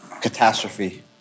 catastrophe